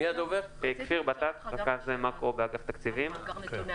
אני רכז מאקרו באגף תקציבים.